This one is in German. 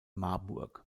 marburg